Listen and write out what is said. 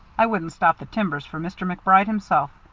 i wouldn't stop the timbers for mr. macbride himself.